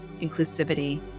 inclusivity